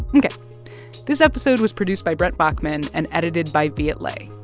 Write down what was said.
mmkay this episode was produced by brent baughman and edited by viet le.